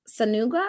Sanuga